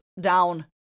down